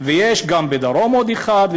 ויש בדרום עוד אחד.